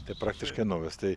tai praktiškai naujas tai